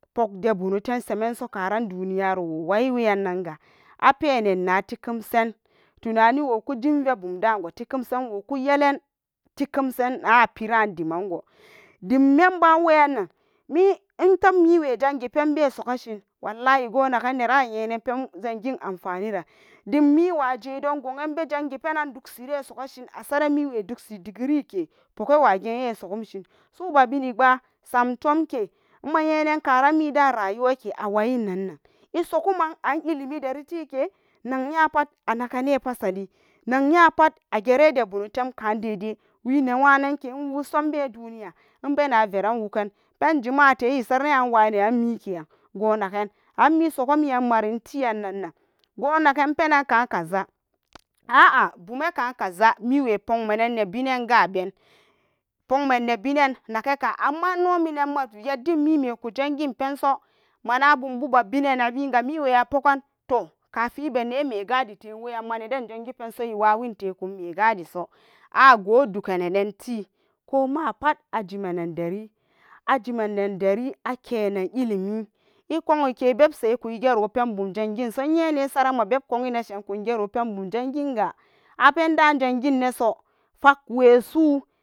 Pogda bonetem semenso karan duniyawa wayi weyan nanga apenen natikemsan tuniniwo katunanve bumdago tikamsanwo kuyelan tikemsen an apera, dimango dim memba weyannan mi itebmiwe jangipen besogashin wallahi gonagan neran ayenen pen jangin anfaniran dim miwa jidon gowonbe jangi penan duksirire sogashin, asaren miwe duksi degree ke pogawage esogumshi suba binigba samtomke mayenenkaran mida rayuwake awayin nan nan isoguman an ilimi dari tike nagyapat anagene pasali nagnyapat agerene da bonotem dedai wenewananke iwusom ibe duniya, ibena viren wugan pen jimate isaranen an walneran mikeyan gonagen anmi sogommiyan marin tiyam nan nan go naken penanka kaza, a'a bumeka kaza miwe pogmenan nebinen gaben pogmen nebinen nakeka, amman inominan mayaddin mimeku jangin penso mana bumbu babina abiga miwe apogan, toh kafin ibe neme gadite weyanma neden jangipenso iwawin tekun megadiso ago dukeenenti komapat ajimenen deri ajimenpa deri akenen ilimi ikowoke bebse iku gero ipenbun janginso iye nesaran minan a beb ko winneshi minankugero pen bun janginga apen da jangineso fakkuwesu.